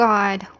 God